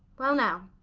well now,